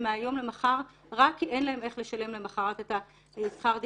מהיום למחר רק כי אין להן איך לשלם למחרת את שכר הדירה.